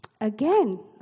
Again